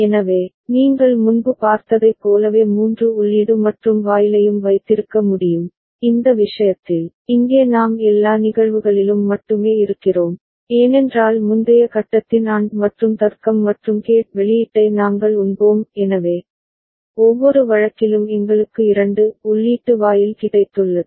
எனவே நீங்கள் முன்பு பார்த்ததைப் போலவே மூன்று உள்ளீடு மற்றும் வாயிலையும் வைத்திருக்க முடியும் இந்த விஷயத்தில் இங்கே நாம் எல்லா நிகழ்வுகளிலும் மட்டுமே இருக்கிறோம் ஏனென்றால் முந்தைய கட்டத்தின் AND மற்றும் தர்க்கம் மற்றும் கேட் வெளியீட்டை நாங்கள் உண்போம் எனவே ஒவ்வொரு வழக்கிலும் எங்களுக்கு 2 உள்ளீட்டு வாயில் கிடைத்துள்ளது